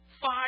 five